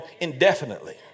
indefinitely